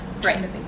right